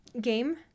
Game